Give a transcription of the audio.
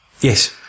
Yes